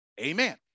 Amen